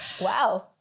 wow